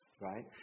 Right